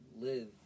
live